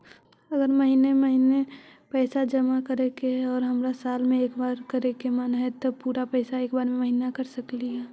अगर महिने महिने पैसा जमा करे के है और हमरा साल में एक बार करे के मन हैं तब पुरा पैसा एक बार में महिना कर सकली हे?